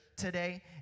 today